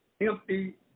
Empty